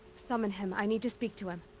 summon him, i need to speak to him.